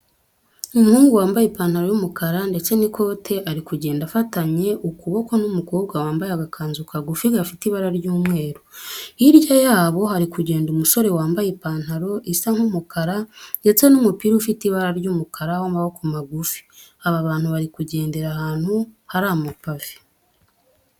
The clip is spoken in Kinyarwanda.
Umuhungu wambaye ipantaro y'umukara ndetse n'ikote ari kugenda afatanye ukuboko n'umukobwa wambaye agakanzu kagufi gafite ibara ry'umweru. Hirya yabo hari kugenda umusore wambaye ipantaro isa nk'umukara ndetse n'umupira ufite ibara ry'umukara w'amaboko magufi. Aba bantu bari kugendera ahantu hari amapave.